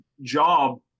job